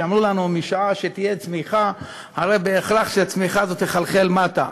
ואמרו לנו: משעה שתהיה צמיחה הרי בהכרח שהצמיחה הזאת תחלחל מטה.